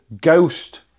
ghost